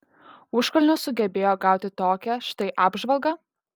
užkalnio sugebėjo gauti tokią štai apžvalgą